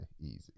Easy